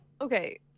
okay